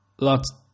lots